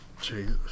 Jesus